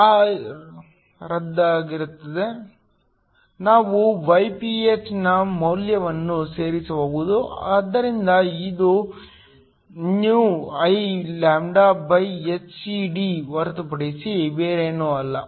A ರದ್ದಾಗುತ್ತದೆ ನಾವು γPh ನ ಮೌಲ್ಯವನ್ನು ಸೇರಿಸಬಹುದು ಆದ್ದರಿಂದ ಇದು ηIλhcD ಹೊರತುಪಡಿಸಿ ಬೇರೇನೂ ಅಲ್ಲ